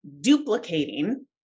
duplicating